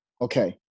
Okay